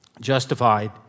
justified